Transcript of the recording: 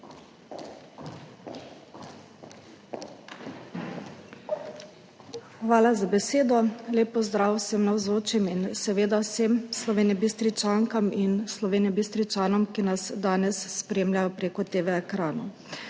Hvala za besedo. Lep pozdrav vsem navzočim in vsem Slovenjebistričankam in Slovenjebistričanom, ki nas danes spremljajo prek TV-ekranov.